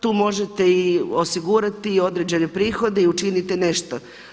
Tu možete i osigurati i određene prihode i učinite nešto.